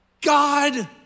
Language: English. God